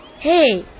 Hey